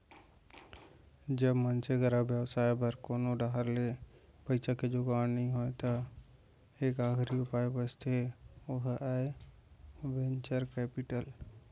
जब मनसे करा बेवसाय करे बर कोनो डाहर ले पइसा के जुगाड़ नइ होय त एक आखरी उपाय बचथे ओहा आय वेंचर कैपिटल